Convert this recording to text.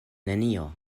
nenio